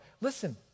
listen